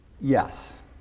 Yes